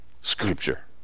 Scripture